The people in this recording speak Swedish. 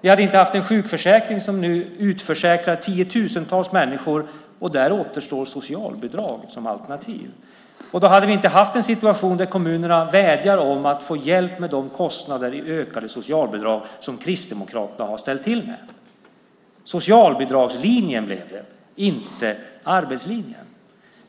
Vi hade inte haft en sjukförsäkring som nu utförsäkrar tiotusentals människor och för vilka socialbidrag återstår som alternativ. Då hade vi inte haft en situation där kommunerna vädjar om att få hjälp med de kostnader för ökade socialbidrag som Kristdemokraterna har ställt till med. Socialbidragslinjen blev det, inte arbetslinjen.